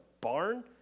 barn